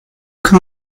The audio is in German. kann